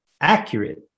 accurate